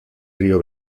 río